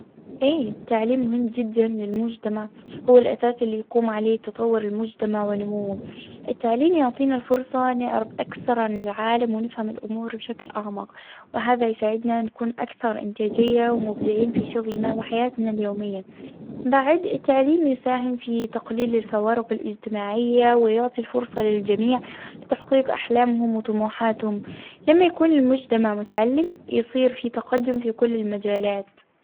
إيه التعليم مهم جداً للمجتمع. هو الأساس اللي يقوم عليه تطور المجتمع ونموه. التعليم يعطينا الفرصة نعرف أكثر عن العالم، ونفهم الأمور بشكل أعمق. وهذا يساعدنا أن نكون أكثر إنتاجية، ومبدعين في شغلنا، وحياتنا اليومية. بعد، التعليم يساهم في تقليل الفوارق الاجتماعية، ويعطي الفرصة للجميع، لتحقيق أحلامهم وطموحاتهم. لما يكون المجتمع متعلم، يصير في تقدم في كل المجالات.